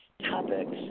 topics